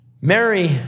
Mary